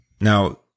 Now